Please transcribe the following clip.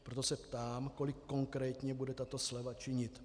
Proto se ptám, kolik konkrétně bude tato sleva činit.